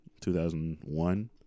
2001